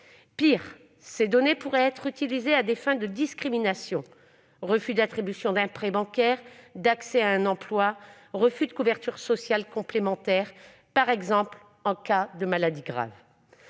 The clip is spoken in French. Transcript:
Pire, ces données pourraient être utilisées à des fins de discrimination : refus d'attribution d'un prêt bancaire, d'accès à un emploi, refus de couverture sociale complémentaire, par exemple en cas de maladie grave.